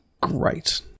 great